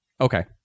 Okay